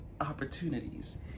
opportunities